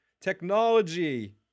Technology